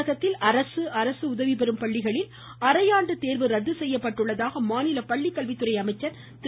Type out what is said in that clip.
தமிழகத்தில் அரசு அரசு உதவிபெறும் பள்ளிகளில் அரையாண்டு தேர்வு ரத்து செய்யப்பட்டுள்ளதாக மாநில பள்ளிக்கல்வித்துறை அமைச்சர் திரு